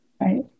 Right